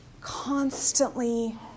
constantly